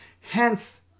Hence